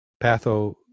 patho